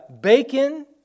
bacon